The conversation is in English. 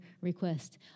request